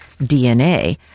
DNA